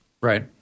Right